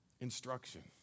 Instruction